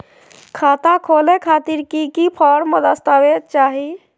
खाता खोले खातिर की की फॉर्म और दस्तावेज चाही?